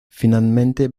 finalmente